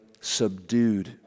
subdued